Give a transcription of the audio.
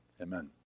Amen